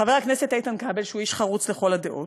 חבר הכנסת איתן כבל, שהוא איש חרוץ לכל הדעות,